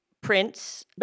prints